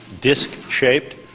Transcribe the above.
disc-shaped